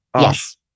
yes